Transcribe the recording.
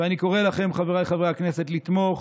ואני קורא לכם, חבריי חברי הכנסת, לתמוך